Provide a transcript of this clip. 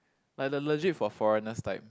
like the legit for foreigners type